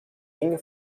enge